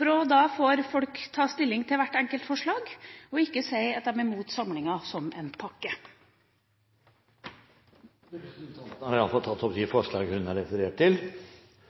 for da får folk ta stilling til hvert enkelt forslag og ikke si at de er imot samlingen som en pakke. Representanten Trine Skei Grande har iallfall tatt opp de forslagene hun refererte til.